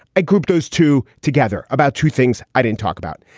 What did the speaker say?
a group those two together about two things i didn't talk about.